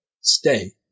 stay